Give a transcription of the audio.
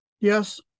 Yes